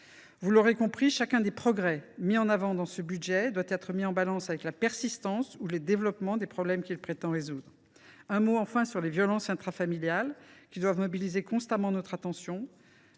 Vous l’aurez compris, chacun des « progrès » mis en avant dans ce budget doit être mis en balance avec la persistance ou le développement des problèmes qu’il prétend résoudre. Enfin, je dirai un mot sur les violences intrafamiliales, qui doivent mobiliser constamment notre attention.